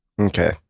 Okay